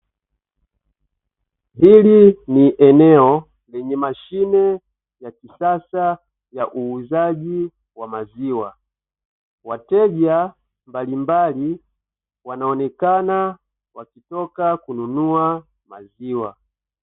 Hili ni eneo lenye mashine ya kisasa ya uuzaji wa maziwa wateja mbalimbali, wanaonekana wakitoka kununua maziwa.